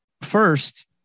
first